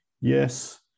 yes